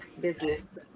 business